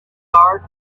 guard